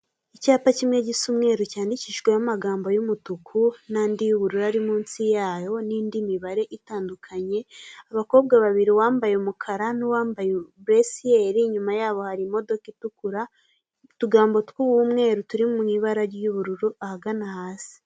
Icyapa kimwe gisa umweru cyandikishijweho amagambo y'umutuku n'andi y'ubururu ari munsi yayo n'indi mibare itandukanye, abakobwa abariri, uwambaye umukara n'uwambaye bluesier. Inyuma yabo hari imodoka itukura utugambo tw'umweru turi mu ibara ry'ubururu ahagana hasi.